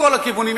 מכל הכיוונים,